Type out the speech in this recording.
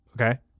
okay